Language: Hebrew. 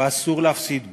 ואסור להפסיד בו.